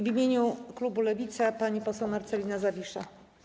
W imieniu klubu Lewica pani poseł Marcelina Zawisza.